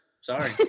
Sorry